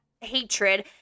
Hatred